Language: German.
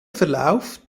verlauf